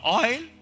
oil